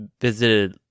visited